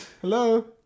Hello